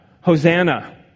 Hosanna